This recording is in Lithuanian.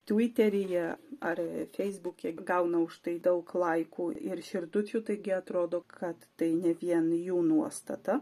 tviteryje ar feisbuke gauna už tai daug laikų ir širdučių taigi atrodo kad tai ne vien jų nuostata